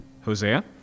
Hosea